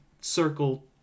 circle